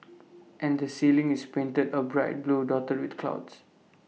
and the ceiling is painted A bright blue dotted with clouds